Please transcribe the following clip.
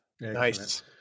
nice